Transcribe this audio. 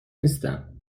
نیستم